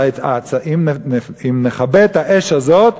אם נכבה את האש הזאת,